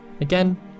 again